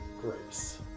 grace